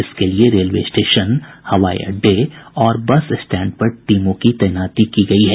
इसके लिए railway station हवाई अड्डे और बस स्टैंड पर टीमों की तैनाती की गयी है